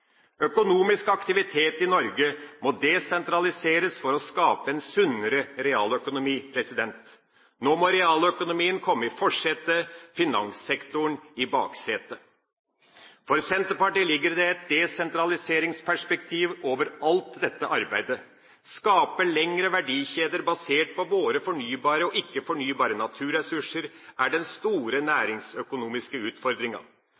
Økonomisk aktivitet i Norge må desentraliseres for å skape en sunnere realøkonomi. Nå må realøkonomien komme i forsetet, finanssektoren i baksetet. For Senterpartiet ligger det et desentraliseringsperspektiv over alt dette arbeidet. Å skape lengre verdikjeder basert på våre fornybare og ikke-fornybare naturressurser er den store næringsøkonomiske utfordringa.